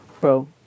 bro